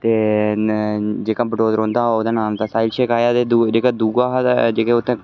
ते जेह्का बटोत रौह्ंदा ओह्दा नांऽ साहिल शेख ते जेह्का दूआ हा